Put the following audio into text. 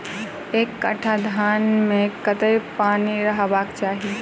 एक कट्ठा धान मे कत्ते पानि रहबाक चाहि?